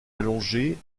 allongée